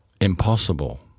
impossible